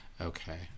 okay